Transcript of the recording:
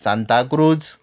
Santa cruise